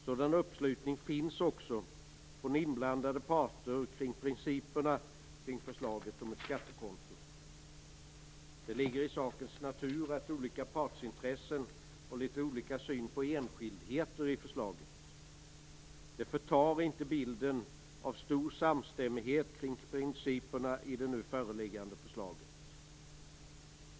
Sådan uppslutning finns också från inblandade parter kring principerna för förslaget om ett skattekonto. Det ligger i sakens natur att olika partsintressen har litet olika syn på enskildheter i förslaget. Det förtar inte bilden av stor samstämmighet kring principerna i det nu föreliggande förslaget.